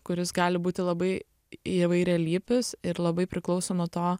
kuris gali būti labai įvairialypis ir labai priklauso nuo to